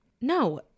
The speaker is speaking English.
no